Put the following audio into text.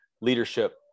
leadership